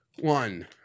one